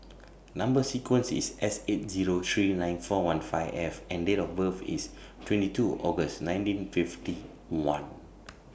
Number sequence IS S eight Zero three nine four one five F and Date of birth IS twenty two August nineteen fifty one